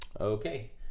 Okay